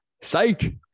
Psych